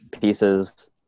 pieces